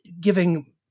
giving